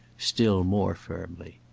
still more firmly.